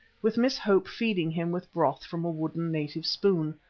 with miss hope feeding him with broth from a wooden native spoon.